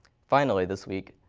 finally this week.